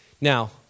Now